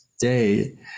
day